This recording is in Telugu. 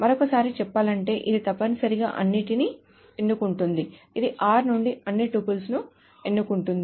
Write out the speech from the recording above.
మరోసారి చెప్పాలంటే ఇది తప్పనిసరిగా అన్నింటిని ఎన్నుకుంటుంది ఇది r నుండి అన్ని టుపుల్స్ ను ఎన్నుకుంటుంది